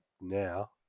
now